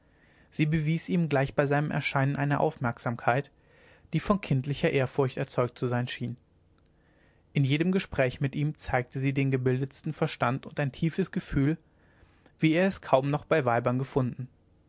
sie bewies ihm gleich bei seinem erscheinen eine aufmerksamkeit die von kindlicher ehrfurcht erzeugt zu sein schien in jedem gespräch mit ihm zeigte sie den gebildetsten verstand und tiefes gefühl wie er es kaum noch bei weibern gefunden